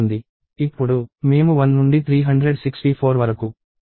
ఇప్పుడు మేము 1 నుండి 364 వరకు లూప్ని రన్ చేస్తున్నాము